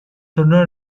tornò